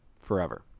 forever